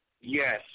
Yes